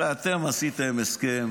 הרי אתם עשיתם הסכם